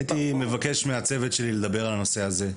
הייתי מבקש מהצוות שלי לדבר על הנושא הזה.